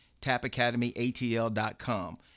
tapacademyatl.com